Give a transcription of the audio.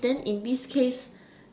then in this case